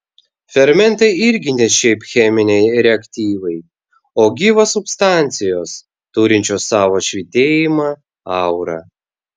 fermentai irgi ne šiaip cheminiai reaktyvai o gyvos substancijos turinčios savo švytėjimą aurą